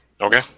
Okay